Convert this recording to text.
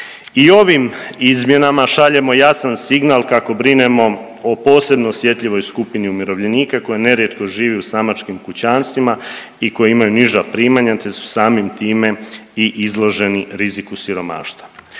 I ovim izmjenama šaljemo jasan signal kako brinemo o posebno osjetljivoj skupini umirovljenika koji nerijetko živi u samačkim kućanstvima i koji imaju niža primanja, te su samim time i izloženi riziku siromaštva.